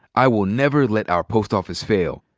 i will never let our post office fail.